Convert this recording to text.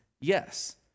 yes